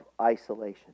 isolation